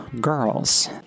girls